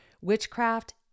witchcraft